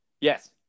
Yes